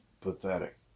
pathetic